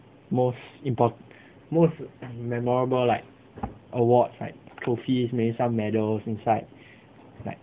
most impor~ most memorable like award like trophy maybe some metal inside like